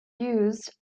use